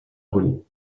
brûlis